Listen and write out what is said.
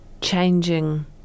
changing